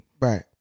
Right